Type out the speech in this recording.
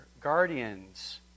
guardians